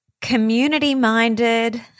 community-minded